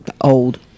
old